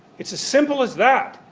it's as simple as that.